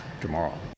tomorrow